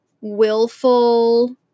willful